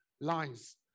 lines